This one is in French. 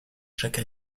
chaque